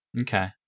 Okay